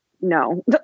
No